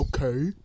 Okay